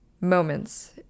moments